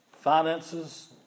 finances